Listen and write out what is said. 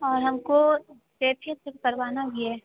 और हम को फेसियल सब करवाना भी है